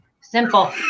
simple